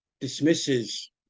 dismisses